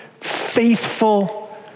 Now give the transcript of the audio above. faithful